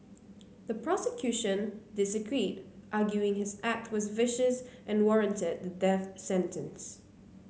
the prosecution disagreed arguing his act was vicious and warranted the death sentence